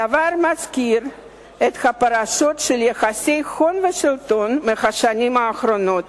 הדבר מזכיר את הפרשות של יחסי הון ושלטון מהשנים האחרונות,